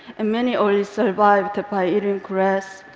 and many only survived by eating grass,